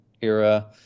era